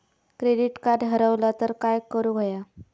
Credit card हरवला तर काय करुक होया?